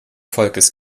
volkes